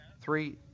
Three